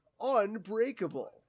Unbreakable